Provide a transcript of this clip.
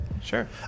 sure